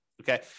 okay